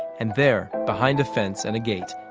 and there, behind a fence and a gate,